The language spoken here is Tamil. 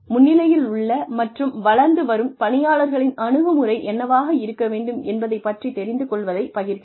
முன்னணியிலுள்ள மற்றும் வளர்ந்து வரும் பணியாளர்களின் அணுகுமுறை என்னவாக இருக்க வேண்டும் என்பதைப் பற்றித் தெரிந்து கொள்வதைப் பகிர்கிறது